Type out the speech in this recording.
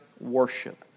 worship